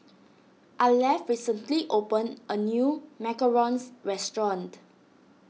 Arleth recently opened a new Macarons restaurant